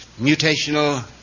mutational